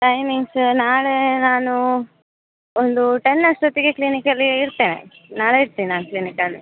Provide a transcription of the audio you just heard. timings ನಾಳೆ ನಾನು ಒಂದು ಟೆನ್ ಅಷ್ಟೊತ್ತಿಗೆ ಕ್ಲಿನಿಕಲ್ಲಿ ಇರ್ತೇನೆ ನಾಳೆ ಇರ್ತೇನೆ ನಾನು ಕ್ಲಿನಿಕಲ್ಲಿ